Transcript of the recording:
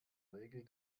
regel